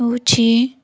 ହେଉଛି